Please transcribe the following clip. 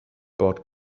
bought